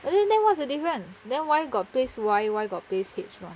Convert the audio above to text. then then what's the difference then why got place Y why got place H [one]